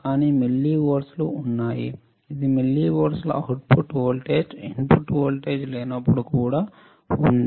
కానీ మిల్లివోల్ట్లు ఉన్నాయి ఇది మిల్లివోల్ట్ల అవుట్పుట్ వోల్టేజ్ ఇన్పుట్ వోల్టేజ్ లేనప్పుడు కూడా ఉంది